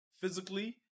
physically